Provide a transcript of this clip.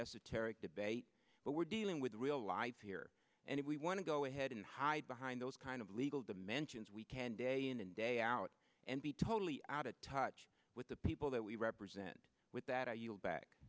esoteric debate but we're dealing with real life here and if we want to go ahead and hide behind those kind of legal dimensions we can day in and day out and be totally out of touch with the people that we represent with that i yield back